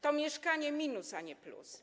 To mieszkanie minus, a nie plus.